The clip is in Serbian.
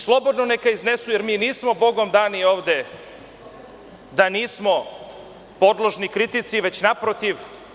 Slobodno neka iznesu, jer mi nismo bogom dani ovde da nismo podložni kritici, već naprotiv.